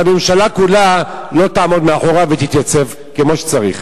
שהממשלה כולה לא תעמוד מאחוריו ותתייצב כמו שצריך.